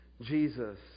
Jesus